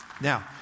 Now